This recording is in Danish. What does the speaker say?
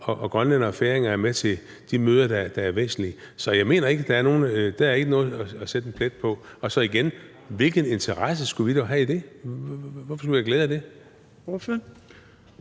at grønlændere og færinger er med til de møder, der er væsentlige. Så jeg mener ikke, at der er noget at sætte en finger på der. Og så igen: Hvilken interesse skulle vi dog have i det? Hvorfor skulle vi have glæde af det? Kl.